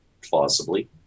plausibly